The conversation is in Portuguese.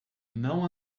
não